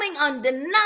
undeniable